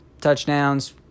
touchdowns